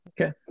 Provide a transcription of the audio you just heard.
Okay